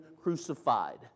crucified